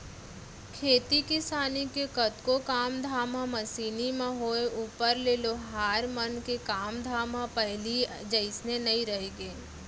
खेती किसानी के कतको काम धाम ह मसीनी म होय ऊपर ले लोहार मन के काम धाम ह पहिली जइसे नइ रहिगे